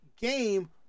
game